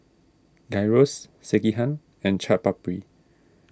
Gyros Sekihan and Chaat Papri